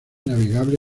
navegable